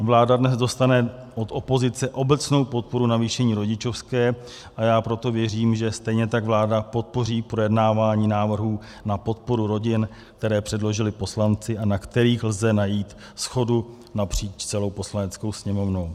Vláda dnes dostane od opozice obecnou podporu navýšení rodičovské, a proto věřím, že stejně tak vláda podpoří projednávání návrhů na podporu rodin, které předložili poslanci a na kterých lze najít shodu napříč celou Poslaneckou sněmovnou.